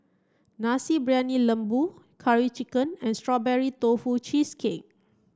Nasi Briyani Lembu curry chicken and strawberry tofu cheesecake